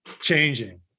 changing